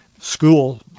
school